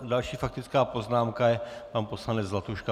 Další faktická poznámka je pan poslanec Zlatuška.